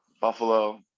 Buffalo